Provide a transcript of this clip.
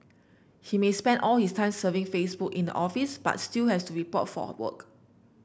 he may spend all his time surfing Facebook in the office but still has to report for work